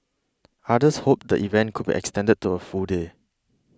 others hoped the event could be extended to a full day